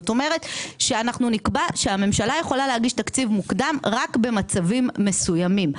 אנחנו נקבע שהממשלה יכולה להגיש תקציב מוקדם רק במצבים מסוימים.